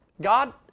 God